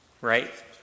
right